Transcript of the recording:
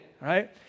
right